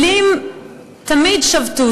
אלים תמיד שבתו.